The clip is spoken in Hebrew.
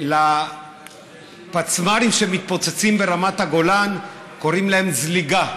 ולפצמ"רים שמתפוצצים ברמת הגולן קוראים זליגה.